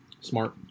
Smart